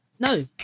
No